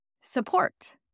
support